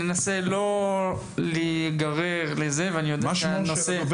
ננסה לא להיגרר לזה ואני יודע שהנושא הוא טעון --- מה שמו היה?